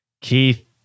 Keith